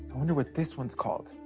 wonder what this one's called?